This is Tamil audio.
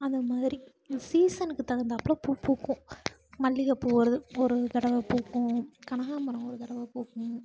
அந்த மாதிரி சீசனுக்கு தகுந்தாப்பில பூ பூக்கும் மல்லிகைப்பூ ஒரு ஒரு தடவை பூக்கும் கனகாம்பரம் ஒரு தடவை பூக்கும்